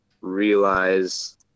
realize